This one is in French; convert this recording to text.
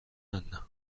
âne